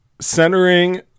centering